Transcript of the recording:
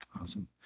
awesome